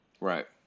Right